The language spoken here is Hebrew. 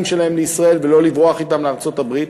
שלהן לישראל ולא לברוח אתם לארצות-הברית,